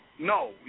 No